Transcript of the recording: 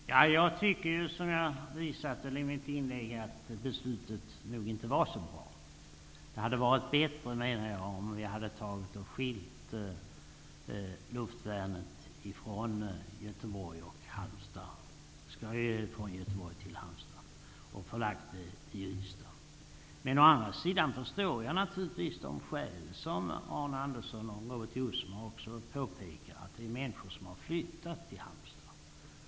Herr talman! Jag tycker, som jag visade med mitt inlägg, att ställningstagandet inte var så bra. Det hade varit bättre, menar jag, om vi hade skilt luftvärnet från Göteborg och Halmstad -- det skall ju flyttas från Göteborg till Halmstad -- och förlagt det i Ystad. Men jag förstår naturligtvis de skäl som Arne Andersson och även Robert Jousma påpekar, att människor har flyttat till Halmstad.